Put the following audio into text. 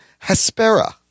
Hespera